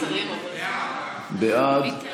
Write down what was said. בעד,